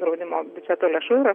draudimo biudžeto lėšų yra